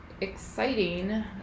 exciting